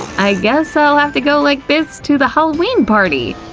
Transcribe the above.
i guess, i'll have to go like this to the halloween party.